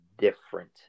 different